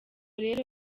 rero